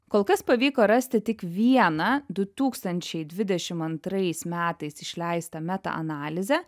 kol kas pavyko rasti tik vieną du tūkstančiai dvidešim antrais metais išleistą meta analizę